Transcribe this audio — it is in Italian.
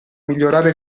migliorare